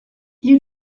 you